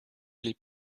les